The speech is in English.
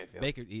Baker